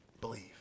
believe